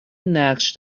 نقش